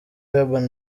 urban